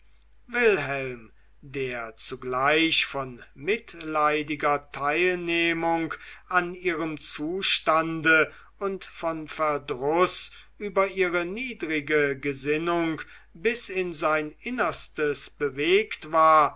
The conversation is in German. wilhelm der zugleich von mitleidiger teilnehmung an ihrem zustande und von verdruß über ihre niedrige gesinnung bis in sein innerstes bewegt war